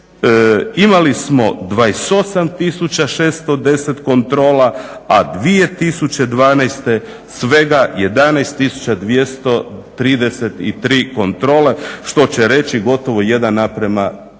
imali smo 28 610 kontrola, a 2012. svega 11 233 kontrole što će reći gotovo 1 naprema